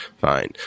fine